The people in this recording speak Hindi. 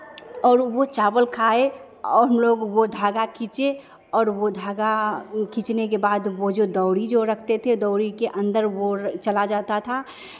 और वो चावल खाए और हमलोग वो धागा खींचे और वो धागा खींचने के बाद वो जो दौरी जो रखते थे दौरी के अंदर वो चला जाता था